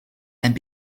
and